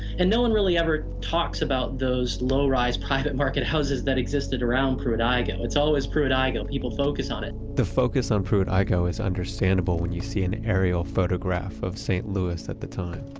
and no one really ever talks about those low-rise private market houses that existed around pruitt-igoe. it's always pruitt-igoe. people focus on it the focus on pruitt-igoe is understandable when you see an aerial photograph of st. louis at the time.